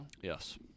yes